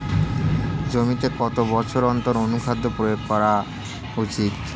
জমিতে কত বছর অন্তর অনুখাদ্য প্রয়োগ করা উচিৎ?